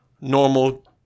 normal